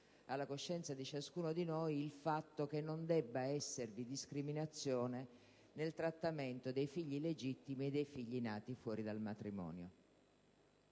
alla coscienza di ciascuno di noi la convinzione che non debba esservi discriminazione nel trattamento dei figli illegittimi e dei figli nati fuori del matrimonio.